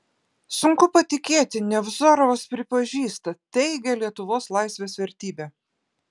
sunku patikėti nevzorovas pripažįsta teigia lietuvos laisvės vertybę